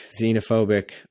xenophobic